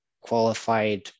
qualified